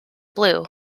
blue